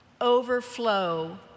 overflow